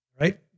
Right